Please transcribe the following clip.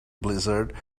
blizzard